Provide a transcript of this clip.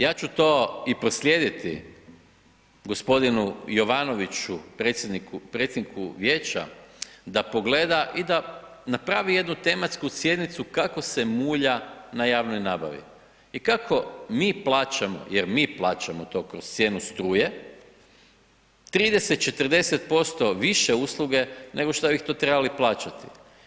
Ja ću to i proslijediti, gospodinu Jovanoviću predsjedniku Vijeća da pogleda i da na raspravi jednu tematsku sjednicu kako se mulja na javnoj nabavi i kako mi plaćamo, jer mi plaćamo to kroz cijenu struje, 30, 40% više usluge, nego što bi to trebali plaćati.